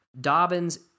Dobbins